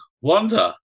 Wanda